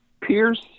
Pierce